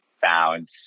found